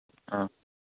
ꯑꯥ